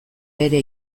bere